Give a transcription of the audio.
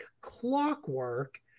clockwork